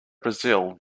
brazil